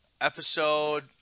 episode